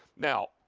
now,